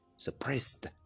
Suppressed